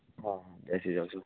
હા એસી ચાલશે